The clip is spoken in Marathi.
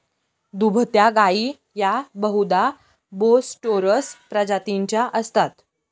दुभत्या गायी या बहुधा बोस टोरस प्रजातीच्या असतात